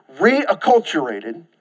re-acculturated